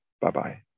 Bye-bye